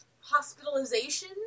hospitalization